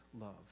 love